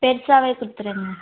பெருசாகவே கொடுத்துருங்க